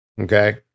Okay